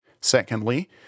Secondly